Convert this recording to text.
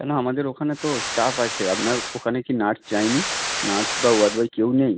কেন আমাদের ওখানে তো স্টাফ আছে আপনার ওখানে কি নার্স যায় নি নার্স বা ওয়ার্ড বয় কেউ নেই